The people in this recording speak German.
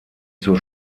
zur